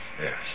yes